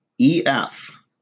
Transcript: EF